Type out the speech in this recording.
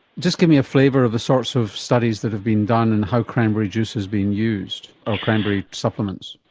just give me a flavour of the sorts of studies that have been done and how cranberry juice has been used, or cranberry supplements.